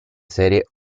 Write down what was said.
serie